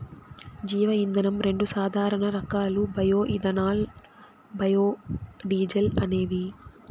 జీవ ఇంధనం రెండు సాధారణ రకాలు బయో ఇథనాల్, బయోడీజల్ అనేవి